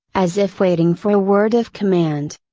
as if waiting for a word of command.